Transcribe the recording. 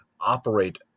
operate